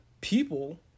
people